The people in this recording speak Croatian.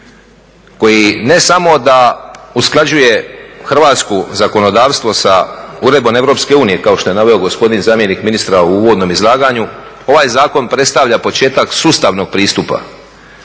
koji ne samo da usklađuje hrvatsko zakonodavstvo sa uredbom EU kao što je naveo gospodin zamjenik ministra u uvodnom izlaganju, ovaj zakon predstavlja početak sustavnog pristupa